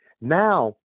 Now